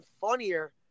funnier